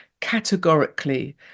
categorically